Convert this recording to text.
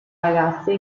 ragazze